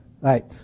Right